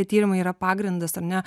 tyrimai yra pagrindas ar ne